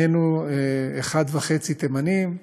שנינו אחד וחצי תימנים,